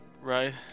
right